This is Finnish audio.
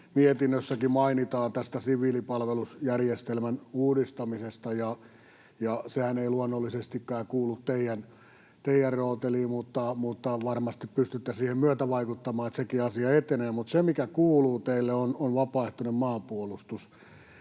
mietinnössämmekin mainitaan tästä siviilipalvelusjärjestelmän uudistamisesta. Sehän ei luonnollisestikaan kuulu teidän rooteliinne, mutta varmasti pystytte siihen myötävaikuttamaan, että sekin asia etenee. Mutta se, mikä kuuluu teille, on vapaaehtoinen maanpuolustus.